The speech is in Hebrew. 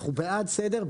אנחנו בעד סדר,